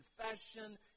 confession